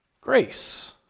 grace